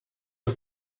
you